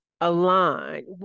align